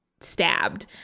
stabbed